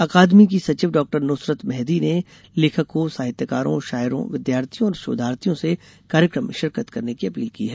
अकादमी की सचिव डॉ नुसरत मेहदी ने लेखकों साहित्यकारों शायरों विद्यार्थियों और शोधार्थियों से कार्यक्रम में शिरकत करने की अपील की है